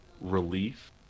Relief